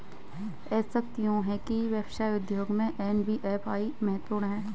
ऐसा क्यों है कि व्यवसाय उद्योग में एन.बी.एफ.आई महत्वपूर्ण है?